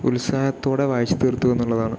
ഉത്സാഹത്തോടെ വായിച്ചു തീർത്തു എന്നുള്ളതാണ്